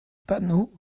panot